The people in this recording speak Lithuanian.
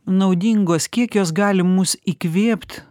naudingos kiek jos gali mus įkvėpt